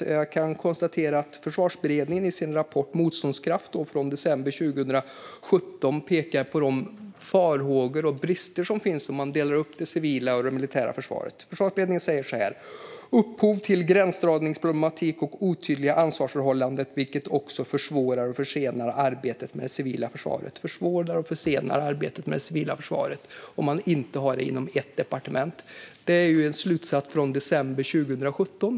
Jag kan konstatera att Försvarsberedningen i sin rapport Motståndskraft från december 2017 pekar på de farhågor och brister som finns om man delar upp det civila och det militära försvaret. Försvarsberedningen anser att uppdelningen ger upphov till gränsdragningsproblematik och otydliga ansvarsförhållanden, vilket försvårar och försenar arbetet med det civila försvaret. Slutsatsen, från december 2017, är alltså att det försvårar och försenar arbetet att inte ha det hela inom ett departement.